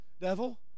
devil